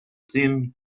thin